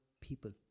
people